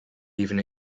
even